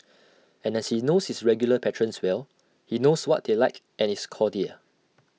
and as he knows his regular patrons well he knows what they like and is cordial